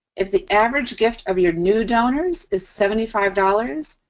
if the average gift of your new donors is seventy five dollars,